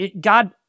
God